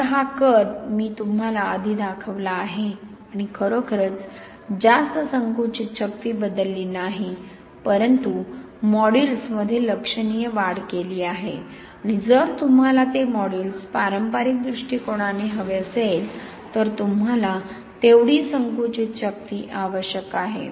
तर हा वक्र मी तुम्हाला आधी दाखवला आहे आणि आपण खरोखरच जास्त संकुचित शक्ती बदलली नाही परंतु मॉड्यूलसमध्ये लक्षणीय वाढ केली आहे आणि जर तुम्हाला ते मॉड्यूलस पारंपारिक दृष्टिकोनाने हवे असेल तर तुम्हाला तेवढी संकुचित शक्ती आवश्यक आहे